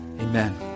amen